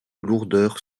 lourdeur